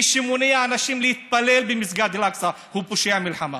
מי שמונע אנשים להתפלל במסגד אל-אקצא הוא פושע מלחמה,